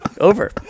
Over